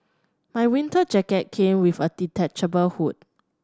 my winter jacket came with a detachable hood